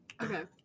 Okay